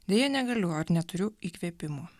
deja negaliu ar neturiu įkvėpimo